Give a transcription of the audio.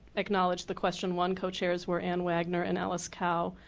acknowledge the question one co-chairs were ann wagner and alice cow.